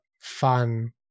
fun